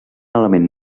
element